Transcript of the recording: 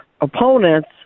opponents